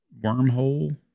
wormhole